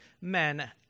men